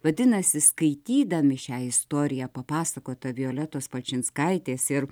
vadinasi skaitydami šią istoriją papasakotą violetos palčinskaitės ir